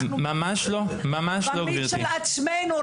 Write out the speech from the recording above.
אנחנו במיץ של עצמנו.